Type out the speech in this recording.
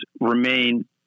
remain